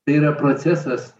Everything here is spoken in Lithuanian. tai yra procesas